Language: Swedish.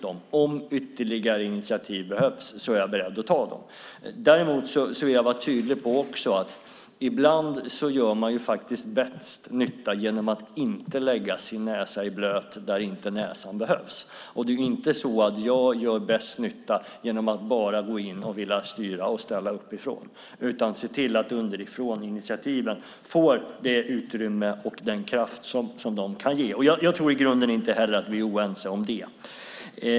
Om ytterligare initiativ behövs är jag beredd att ta dem. Jag vill däremot vara tydlig med att man ibland gör bäst nytta genom att inte lägga sin näsa i blöt där näsan inte behövs. Det är inte så att jag gör bäst nytta genom att styra och ställa uppifrån. Underifråninitiativen ska få det utrymme och den kraft de kan ge. Jag tror att vi i grunden inte heller är oense om det.